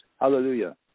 Hallelujah